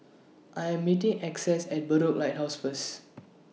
I Am meeting Essex At Bedok Lighthouse First